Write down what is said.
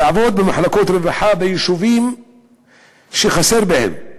לעבוד במחלקות רווחה ביישובים שחסר בהם.